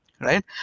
right